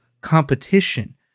competition